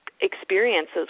experiences